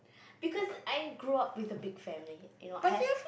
because I grew up with a big family you know I have